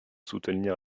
soutenir